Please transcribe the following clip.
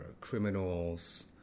criminals